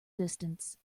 distance